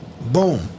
Boom